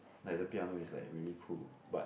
like the piano is like really cool but